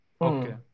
okay